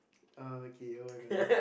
uh okay [oh]-my-god that's just